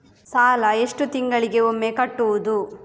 ಸಾಲ ಎಷ್ಟು ತಿಂಗಳಿಗೆ ಒಮ್ಮೆ ಕಟ್ಟುವುದು?